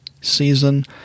season